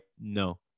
No